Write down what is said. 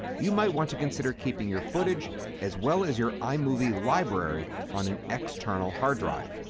you might want to consider keeping your footage as well as your imovie library on an external hard drive.